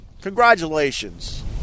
Congratulations